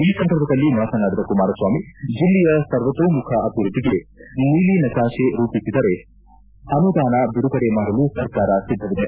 ಈ ಸಂದರ್ಭದಲ್ಲಿ ಮಾತನಾಡಿದ ಕುಮಾರಸ್ವಾಮಿ ಜಿಲ್ಲೆಯ ಸರ್ವತೋಮುಖ ಅಭಿವೃದ್ಧಿಗೆ ನೀಲಿನಕಾಶೆ ರೂಪಿಸಿದರೆ ಅನುದಾನ ಬಿಡುಗಡೆ ಮಾಡಲು ಸರ್ಕಾರ ಸಿದ್ಧವಿದೆ